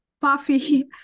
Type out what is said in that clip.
puffy